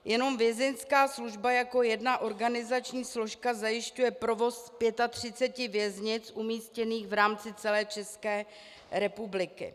Jenom Vězeňská služba jako jedna organizační složka zajišťuje provoz 35 věznic umístěných v rámci celé České republiky.